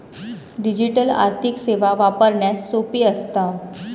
digital आर्थिक सेवा वापरण्यास सोपी असता